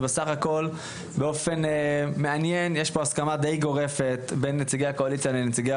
ובסך הכל יש פה הסכמה די גורפת בין נציגי הקואליציה לנציגי